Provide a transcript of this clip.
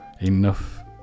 enough